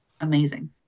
amazing